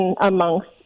amongst